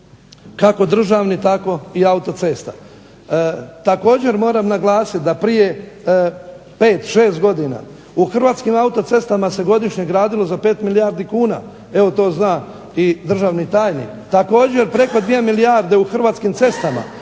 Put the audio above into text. kako državne tako i autocesta. Također moram naglasit da prije 5, 6 godina u Hrvatskim autocestama se godišnje gradilo za 5 milijardi kuna, evo to zna i državni tajnik, također preko 2 milijarde u Hrvatskim cestama.